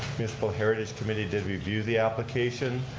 municipal heritage committee did review the application.